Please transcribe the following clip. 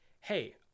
hey